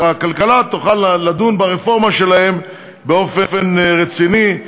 על רפורמה בענף מוניות השירות,